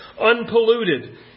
unpolluted